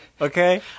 Okay